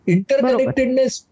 Interconnectedness